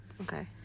Okay